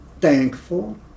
Thankful